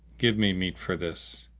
give me meat for this.